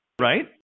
right